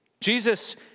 Jesus